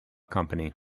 company